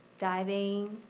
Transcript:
diving,